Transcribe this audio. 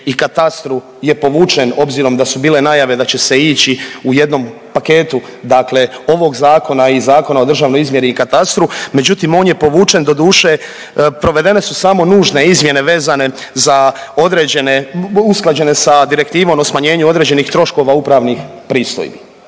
i katastru je povučen obzirom da su bile najave da će se ići u jednom paketu dakle ovog zakona i Zakona o državnoj izmjeri i katastru, međutim on je povučen. Doduše provedene su samo nužne izmjene vezana za određene, usklađene sa Direktivom o smanjenju određenih troškova upravnih pristojbi.